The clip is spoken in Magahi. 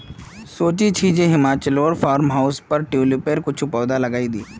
सोचे छि जे हिमाचलोर फार्म हाउसेर पर ट्यूलिपेर कुछू पौधा लगइ दी